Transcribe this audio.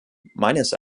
meines